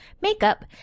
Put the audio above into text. makeup